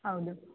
ಹೌದು